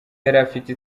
yarafite